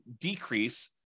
decrease